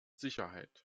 sicherheit